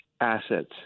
assets